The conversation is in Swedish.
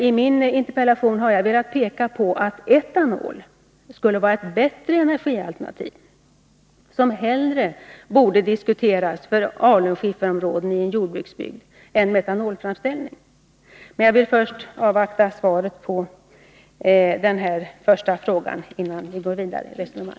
I min interpellation har jag velat peka på att etanol skulle vara ett bättre energialternativ, som hellre borde diskuteras när det gäller alunskifferområden i en jordbruksbygd. Men innan jag går vidare i resonemanget vill jag avvakta statsrådets svar på vad jag nu har berört.